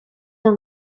are